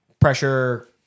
pressure